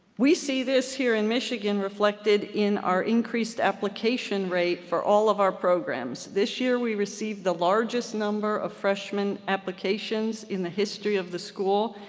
we see this here in michigan reflected in our increased application rate for all of our programs. this year we received the largest number of freshmen applications in the history of the school,